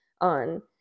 on